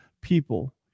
people